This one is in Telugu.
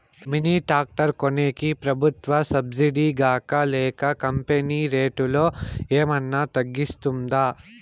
మిని టాక్టర్ కొనేకి ప్రభుత్వ సబ్సిడి గాని లేక కంపెని రేటులో ఏమన్నా తగ్గిస్తుందా?